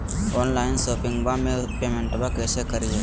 Online शोपिंगबा में पेमेंटबा कैसे करिए?